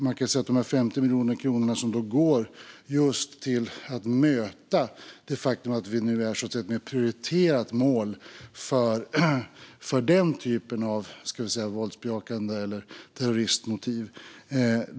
De 50 miljoner kronorna går just till att möta det faktum att vi är ett mer prioriterat mål för den typen av våldsbejakande terroristmotiv.